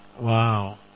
Wow